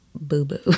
boo-boo